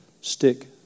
stick